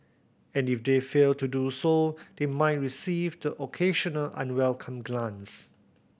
and if they fail to do so they might receive the occasional unwelcome glance